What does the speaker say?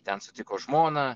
ten sutiko žmoną